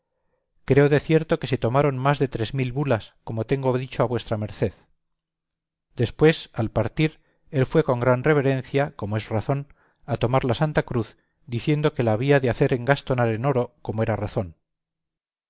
creo de cierto que se tomaron más de tres mil bulas como tengo dicho a v m después al partir él fue con gran reverencia como es razón a tomar la santa cruz diciendo que la había de hacer engastonar en oro como era razón